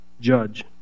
judge